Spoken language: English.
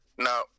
no